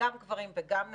גם גברים וגם נשים?